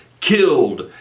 killed